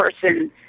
person